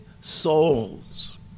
souls